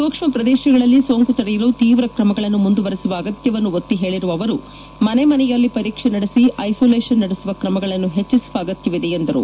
ಸೂಕ್ಷ್ಮ ಪ್ರದೇಶಗಳಲ್ಲಿ ಸೋಂಕು ತಡೆಯಲು ತೀವ್ರ ತ್ರಮಗಳನ್ನು ಮುಂದುವರೆಸುವ ಅಗತ್ಯವನ್ನು ಒತ್ತಿ ಹೇಳಿರುವ ಅವರು ಮನೆ ಮನೆಯಲ್ಲಿ ಪರೀಕ್ಷೆ ನಡೆಸಿ ಐಸೋಲೇಷನ್ ನಡೆಸುವ ಕ್ರಮಗಳನ್ನು ಹೆಚ್ಚಿಸುವ ಅಗತ್ಯವಿದೆ ಎಂದರು